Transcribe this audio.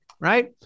right